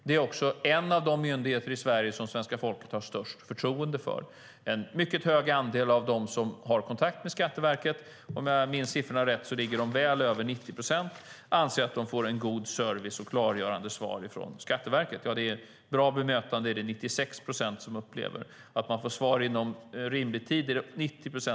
Det är också en av de myndigheter i Sverige svenska folket har störst förtroende för; en mycket hög andel av dem som har kontakt med Skatteverket - om jag minns siffrorna rätt ligger det på väl över 90 procent - anser att de får god service och klargörande svar från Skatteverket. När det gäller bra bemötande är det 96 procent som upplever att de får det, och 90 procent upplever att de får svar inom rimlig tid.